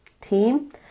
Team